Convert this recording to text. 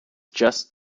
just